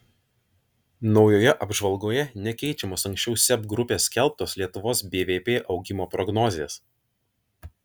naujoje apžvalgoje nekeičiamos anksčiau seb grupės skelbtos lietuvos bvp augimo prognozės